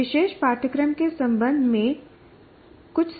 इस विशेष पाठ्यक्रम के संबंध में ही कुछ समस्या है